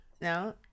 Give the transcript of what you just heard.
No